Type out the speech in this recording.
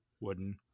wooden